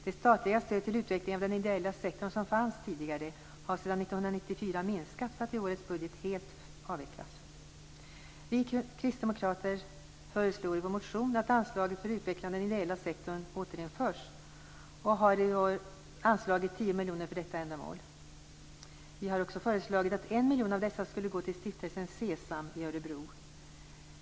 Det statliga stöd till utveckling av den ideella sektorn som tidigare fanns har sedan 1994 minskat för att i årets budget helt avvecklas. Vi kristdemokrater föreslår i vår motion att anslaget för utveckling av den ideella sektorn återinförs och har anslagit 10 miljoner kronor för detta ändamål. Vi föreslår också att 1 miljon kronor av de 10 miljonerna skall gå till Stiftelsen Sesam i Örebro.